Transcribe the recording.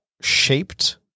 shaped